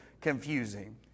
confusing